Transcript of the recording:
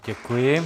Děkuji.